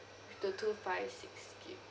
the two five six G_B